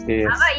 yes